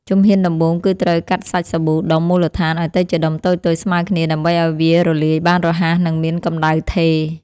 ជំហានដំបូងគឺត្រូវកាត់សាច់សាប៊ូដុំមូលដ្ឋានឱ្យទៅជាដុំតូចៗស្មើគ្នា ដើម្បីឱ្យវារលាយបានរហ័ស និងមានកម្ដៅថេរ។